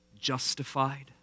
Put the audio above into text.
justified